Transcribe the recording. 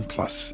Plus